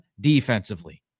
defensively